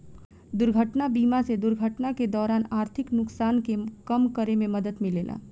दुर्घटना बीमा से दुर्घटना के दौरान आर्थिक नुकसान के कम करे में मदद मिलेला